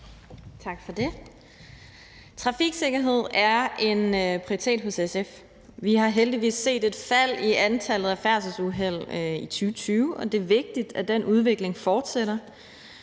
Tak for det. Trafiksikkerhed er en prioritet hos SF. Vi har heldigvis set et fald i antallet af færdselsuheld i 2020, og det er vigtigt, at den udvikling fortsætter.